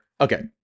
Okay